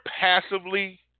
passively